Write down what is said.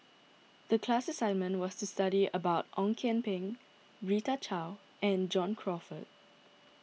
the class assignment was to study about Ong Kian Peng Rita Chao and John Crawfurd